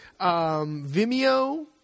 vimeo